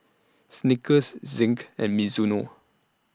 Snickers Zinc and Mizuno